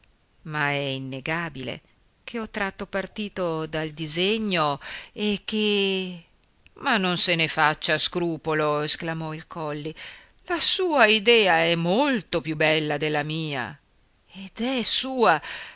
ma è innegabile che ho tratto partito dal disegno e che ma non se ne faccia scrupolo esclamò il colli la sua idea è molto più bella della mia ed è sua